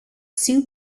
soon